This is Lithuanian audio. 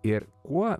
ir kuo